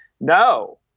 No